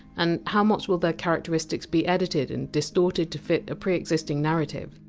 and how much will their characteristics be edited and distorted to fit a pre-existing narrative?